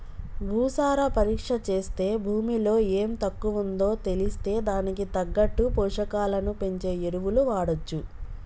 భూసార పరీక్ష చేస్తే భూమిలో ఎం తక్కువుందో తెలిస్తే దానికి తగ్గట్టు పోషకాలను పెంచే ఎరువులు వాడొచ్చు